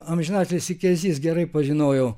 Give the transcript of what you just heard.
amžinatilsį kezys gerai pažinojau